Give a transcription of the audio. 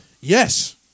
Yes